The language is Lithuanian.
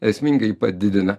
esmingai padidina